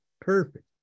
perfect